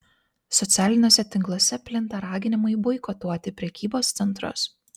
socialiniuose tinkluose plinta raginimai boikotuoti prekybos centrus